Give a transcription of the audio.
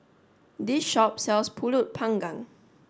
this shop sells Pulut panggang